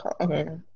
okay